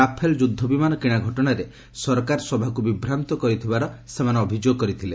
Rafale ଯୁଦ୍ଧ ବିମାନ କିଣା ଘଟଣାରେ ସରକାର ସଭାକୁ ବିଭ୍ରାନ୍ତ କରିଥିବାର ସେମାନେ ଅଭିଯୋଗ କରିଥିଲେ